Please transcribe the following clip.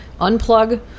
unplug